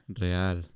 real